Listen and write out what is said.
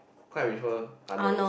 cause I prefer Arnold's